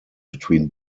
between